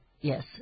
yes